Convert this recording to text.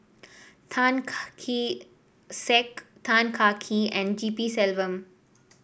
Tan Kah Kee Sek Tan Kah Kee and G P Selvam